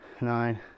nine